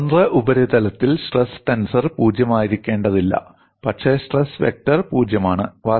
ഒരു സ്വതന്ത്ര ഉപരിതലത്തിൽ സ്ട്രെസ് ടെൻസർ പൂജ്യമായിരിക്കേണ്ടതില്ല പക്ഷേ സ്ട്രെസ് വെക്റ്റർ പൂജ്യമാണ്